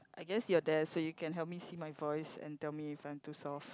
I guess you're there so you can help me see my voice and tell me if I'm too soft